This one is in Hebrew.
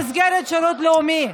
במסגרת שירות לאומי.